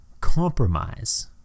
compromise